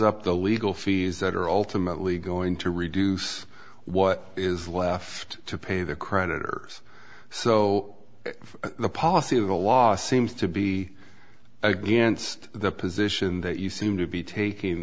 up the legal fees that are ultimately going to reduce what is left to pay the creditors so the policy of the law seems to be against the position that you seem to be taking